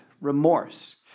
remorse